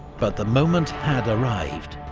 but the moment had arrived.